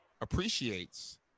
appreciates